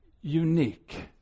unique